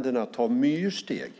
De säger att länderna tar myrsteg.